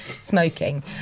smoking